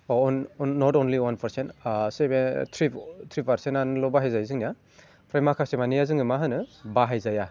अ नट अनलि अवान पारसेन्ट अबस्से बे थ्रि थ्रि पारसेन्टल' बाहायजायो जोंनिया ओमफ्राय माखासेमानिया जोङो मा होनो बाहाय जाया